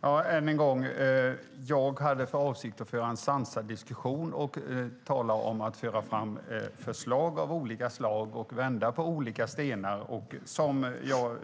Fru talman! Jag hade för avsikt att föra en sansad diskussion, tala om förslag av olika slag och vända på olika stenar. Men som jag